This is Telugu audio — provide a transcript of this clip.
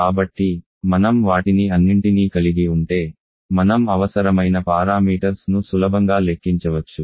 కాబట్టి మనం వాటిని అన్నింటినీ కలిగి ఉంటే మనం అవసరమైన పారామీటర్స్ ను సులభంగా లెక్కించవచ్చు